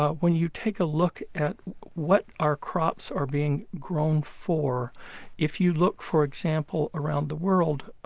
when you take a look at what our crops are being grown for if you look, for example, around the world,